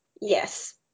Yes